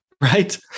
right